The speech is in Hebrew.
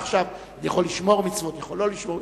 עכשיו, יכול לשמור מצוות, יכול לא לשמור.